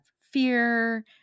fear